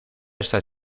esta